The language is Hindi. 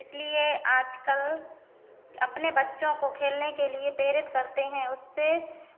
इसलिए आज कल अपने बच्चों को खेलने के लिए प्रेरित करते हैं उससे